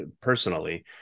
personally